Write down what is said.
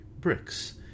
bricks